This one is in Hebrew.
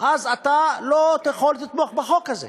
המוכר בין-לאומית, אז אתה לא יכול לתמוך בחוק הזה.